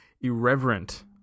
irreverent